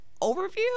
overview